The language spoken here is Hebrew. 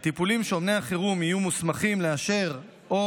הטיפולים שאומני החירום יהיו מוסמכים לאשר או